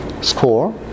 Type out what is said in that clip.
score